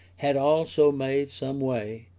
had also made some way,